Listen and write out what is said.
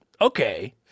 okay